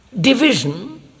division